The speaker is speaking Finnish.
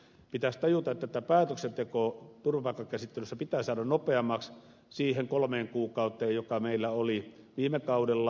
pitäisi tajuta että päätöksenteko turvapaikkakäsittelyssä pitää saada nopeammaksi siihen kolmeen kuukauteen joka meillä oli viime kaudella